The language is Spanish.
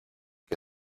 que